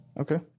Okay